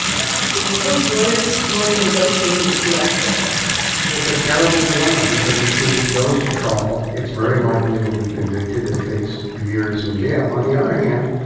precht thinks ho's lawyers want to negotiate with u s. officials it's a terrible dilemma because if he goes to trial, it's very likely he'll be convicted and face years in jail. on the other hand,